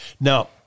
now